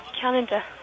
Calendar